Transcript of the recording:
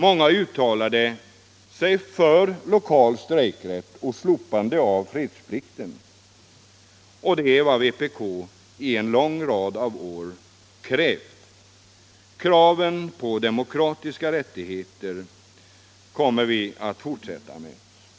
Många uttalade sig för lokal strejkrätt och slopande av fredsplikten. Det är vad vpk i en lång rad år har krävt. Vi kommer att fortsätta att ställa krav på demokratiska rättigheter på arbetsplatserna.